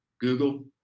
Google